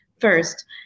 First